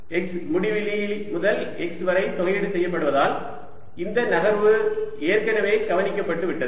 x முடிவிலி முதல் x வரை தொகையீடு செய்ய படுவதால் அந்த நகர்வு ஏற்கனவே கவனிக்க பட்டுவிட்டது